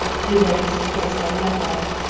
he wrote his reports by lamplight,